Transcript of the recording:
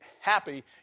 happy